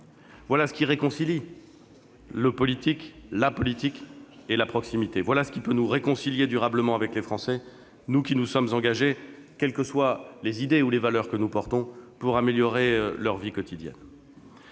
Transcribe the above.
voilà ce qui réconcilie la politique et la proximité, voilà ce qui peut nous réconcilier durablement avec les Français, nous qui nous sommes engagés, quelles que soient les idées ou les valeurs que nous portons, pour améliorer leur vie quotidienne.